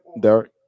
Derek